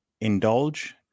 indulge